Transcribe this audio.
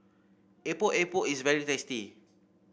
Epok Epok is very tasty